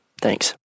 Thanks